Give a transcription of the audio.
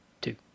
Two